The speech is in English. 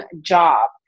job